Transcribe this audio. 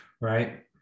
right